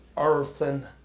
earthen